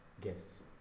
Guests